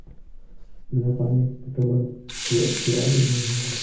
बिना पानी पटवन किए अच्छे आलू नही होंगे